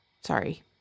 Sorry